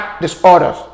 disorders